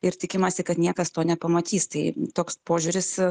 ir tikimasi kad niekas to nepamatys tai toks požiūris